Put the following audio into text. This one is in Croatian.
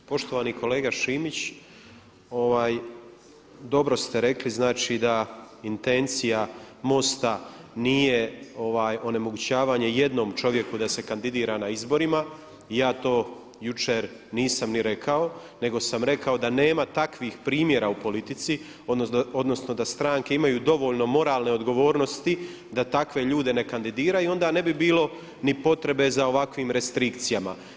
Poštovani kolega Šimić, dobro ste rekli znači da intencija MOST-a nije onemogućavanje jednom čovjeku da se kandidira na izborima i ja to jučer nisam ni rekao, nego sam rekao da nema takvih primjera u politici, odnosno da stranke imaju dovoljno moralne odgovornosti da takve ljude ne kandidiraju i onda ne bi bilo ni potrebe za ovakvim restrikcijama.